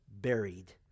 buried